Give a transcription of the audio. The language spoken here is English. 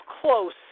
close